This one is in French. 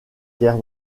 guerre